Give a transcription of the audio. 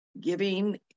giving